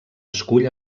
escull